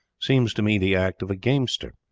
seems to me the act of a gamester.